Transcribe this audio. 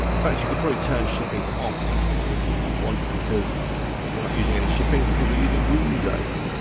in fact, you could probably turn shipping off if you want, because we're not using any shipping, because we're using woozone.